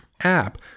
app